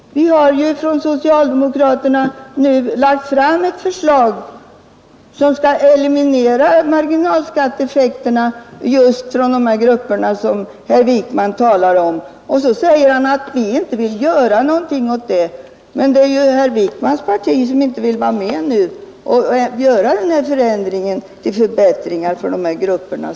Från socialdemokratiskt håll har vi ju nu lagt fram ett förslag som skall eliminera marginalskatteeffekterna för just de grupper som herr Wijkman talar om — och så kommer herr Wijkman och säger att vi inte vill göra något åt saken! Det är ju herr Wijkmans parti som inte vill vara med och genomföra förbättringar för de grupperna.